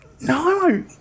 No